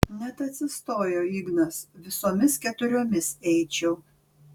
net atsistojo ignas visomis keturiomis eičiau